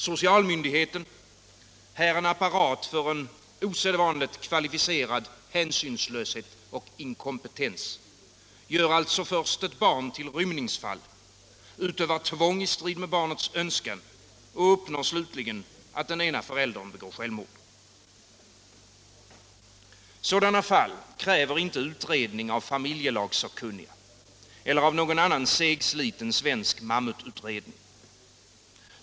Socialmyndigheten — här en apparat för en osedvanligt kvalificerad hänsynslöshet och inkompetens — gör alltså först ett barn till rymningsfall, utövar tvång i strid med barnets önskan och uppnår slutligen att den ena föräldern begår självmord. Sådana fall kräver inte utredning av familjelagsakkunniga eller av någon annan segsliten svensk mammututredning.